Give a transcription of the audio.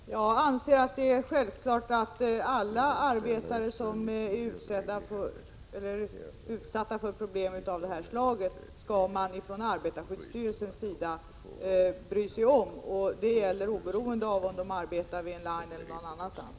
Fru talman! Jag anser att det är självklart att man från arbetarskyddsstyrelsens sida skall bry sig om alla arbetare som utsätts för problem av det här slaget. Det gäller oberoende av om man arbetar vid ”line” eller någon annanstans.